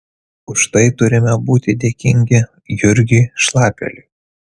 už tai turime būti dėkingi jurgiui šlapeliui